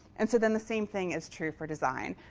and so then the same thing is true for design.